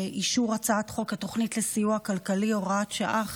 באישור הצעת חוק התוכנית לסיוע כלכלי (הוראת שעה,